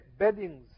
beddings